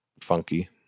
funky